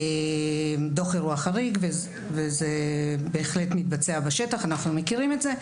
זה בהחלט מתבצע בשטח, אנחנו מכירים את זה.